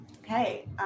Okay